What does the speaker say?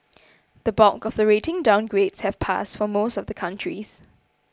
the bulk of the rating downgrades have passed for most of the countries